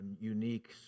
unique